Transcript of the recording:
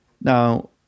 Now